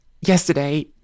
yesterday